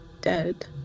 dead